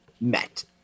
met